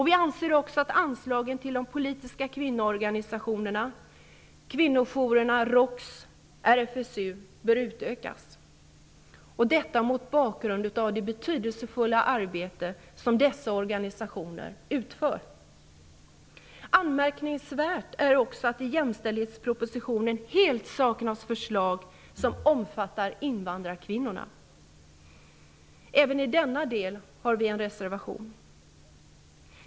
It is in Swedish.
Vi anser också att anslagen till de politiska kvinnoorganisationerna, kvinnojourerna -- ROKS -- och RFSU bör utökas -- detta mot bakgrund av det betydelsefulla arbete som dessa organisationer utför. Anmärkningsvärt är också att det i jämställdhetspropositionen helt saknas förslag som omfattar invandrarkvinnorna. Även i denna del har vi en reservation.